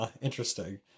Interesting